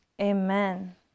Amen